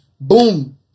boom